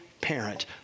parent